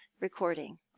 recording